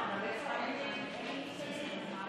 אם אין מסתייגים, אז אין.